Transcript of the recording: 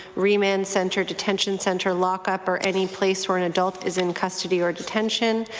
remand centre, detention centre, lock up or any place where an and is in custody or detention.